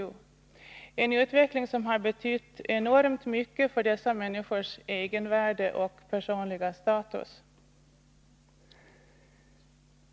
Det är en utveckling som har betytt enormt mycket för dessa människors egenvärde och personliga status.